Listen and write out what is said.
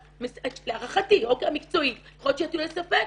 להערכתי המקצועית, יכול להיות שיטילו ספק,